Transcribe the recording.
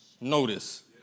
notice